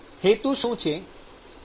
હેતુ શું છે